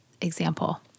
example